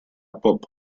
pop